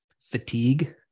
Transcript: fatigue